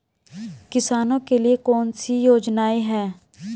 किसानों के लिए कौन कौन सी योजनाएं हैं?